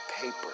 paper